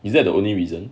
is that the only reason